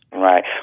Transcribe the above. right